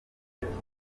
izindi